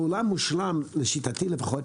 בעולם מושלם, לשיטתי לפחות,